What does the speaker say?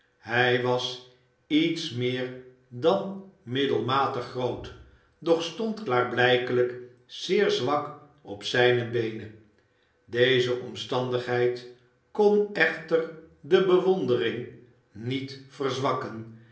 hij was iets meer dan middelmatig groot doch stond klaarblijkelijk zeer zwak op zijne beenen deze omstandigheid kon echter de bewondering niet verzwakken